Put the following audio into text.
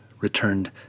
returned